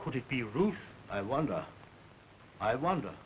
could it be ruth i wonder i wonder